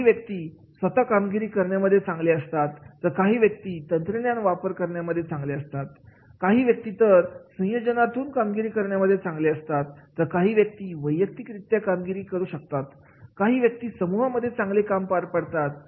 काही व्यक्ती स्वतः कामगिरी करण्यामध्ये चांगले असतात तर काही व्यक्ती तंत्रज्ञानाचा वापर करण्यामध्ये चांगले असतात काही व्यक्ती तर संयोजनातून कामगिरी करण्यामध्ये चांगले असतात तर काही व्यक्ती वैयक्तिकरीत्या चांगली कामगिरी करू शकतात काही व्यक्ती समूहामध्ये चांगली कामगिरी पार पडतात